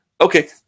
Okay